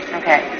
okay